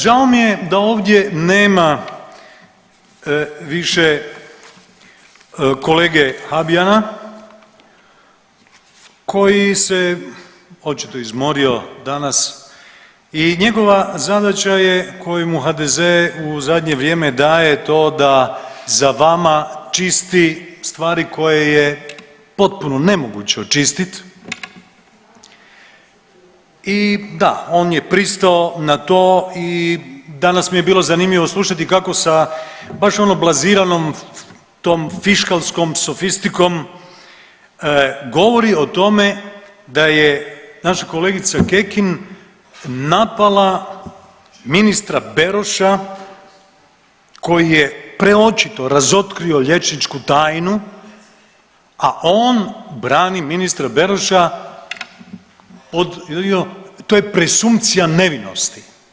Žao mi je da ovdje nema više kolege Habijana koji se očito izmorio danas i njegova zadaća je koju mu HDZ u zadnje vrijeme daje to za vama čisti stvari koje je potpuno nemoguće očistiti i da on je pristao na to i danas mi je bilo zanimljivo slušati kako sa baš ono blaziranom tom fiškalskom sofistikom govori o tome da je naša kolegica Kekin napala ministra Beroša koji je preočito razotkrio liječničku tajnu, a on brani ministra Beroša … to je presumpcija nevinosti.